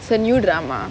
it's a new drama